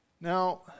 Now